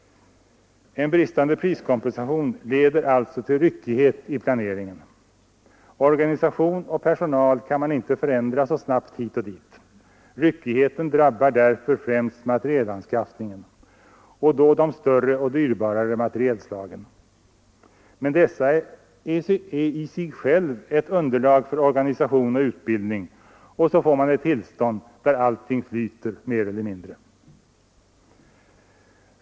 En bristande priskompensation leder alltså till ryckighet i planeringen. Organisation och personal kan man inte förändra så snabbt hit och dit, ryckigheten drabbar därför främst materielanskaffningen, och då de större och dyrbarare materielslagen. Men dessa är i sig själva ett underlag för organisation och utbildning, och så får man ett tillstånd där allting flyter mer eller mindre.